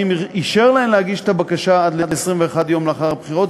אישר להן להגיש את הבקשה עד ל-21 יום לאחר הבחירות,